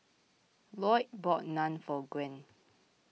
Loyd bought Naan for Gwen